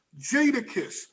Jadakiss